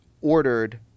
ordered